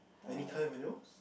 any kind of animals